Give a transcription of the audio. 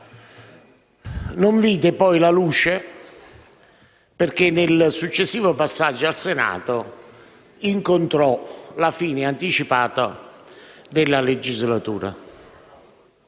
non vide poi la luce perché, nel successivo passaggio al Senato, incontrò la fine anticipata della legislatura.